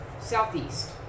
southeast